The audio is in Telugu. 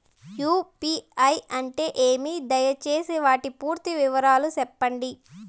యు.పి.ఐ అంటే ఏమి? దయసేసి వాటి పూర్తి వివరాలు సెప్పండి?